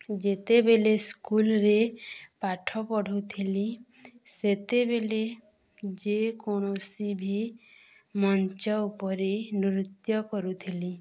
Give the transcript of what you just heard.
ଯେତେବେଲେ ସ୍କୁଲ୍ରେ ପାଠ ପଢ଼ୁଥିଲି ସେତେବେଲେ ଯେକୌଣସି ଭି ମଞ୍ଚ ଉପରେ ନୃତ୍ୟ କରୁଥିଲି